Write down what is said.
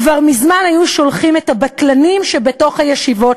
כבר מזמן היו שולחים את הבטלנים" שבתוך הישיבות,